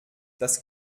das